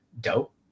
dope